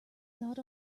gnawed